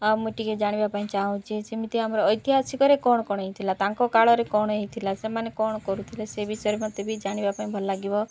ଆଉ ମୁଇଁ ଟିକେ ଜାଣିବା ପାଇଁ ଚାହୁଁଛି ସେମିତି ଆମର ଐତିହାସିକରେ କ'ଣ କ'ଣ ହେଇଥିଲା ତାଙ୍କ କାଳରେ କ'ଣ ହେଇଥିଲା ସେମାନେ କ'ଣ କରୁଥିଲେ ସେ ବିଷୟରେ ମତେ ବି ଜାଣିବା ପାଇଁ ଭଲ ଲାଗିବ